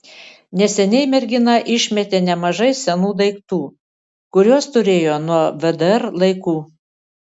neseniai mergina išmetė nemažai senų daiktų kuriuos turėjo nuo vdr laikų